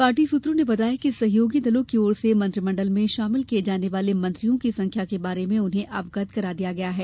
party सूत्रों ने बताया कि सहयोगी दलों की ओर से मंत्रिमंडल में शामिल किये जाने वाले मंत्रियों की संख्या के बारे में उन्हें अवगत करा दिया गया है